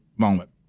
moment